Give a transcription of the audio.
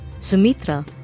Sumitra